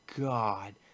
God